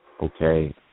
Okay